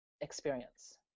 experience